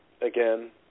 again